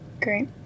Great